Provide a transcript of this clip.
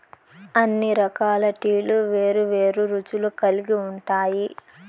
అన్ని రకాల టీలు వేరు వేరు రుచులు కల్గి ఉంటాయి